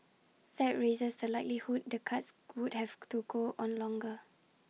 that raises the likelihood the cuts would have to go on longer